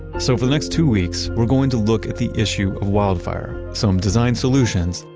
so for the next two weeks, we're going to look at the issue of wildfire, some design solutions,